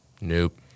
Nope